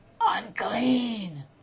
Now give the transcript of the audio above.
unclean